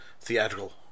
theatrical